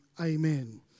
amen